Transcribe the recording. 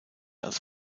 als